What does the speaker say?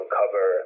cover